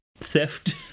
theft